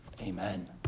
Amen